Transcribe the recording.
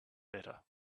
better